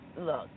look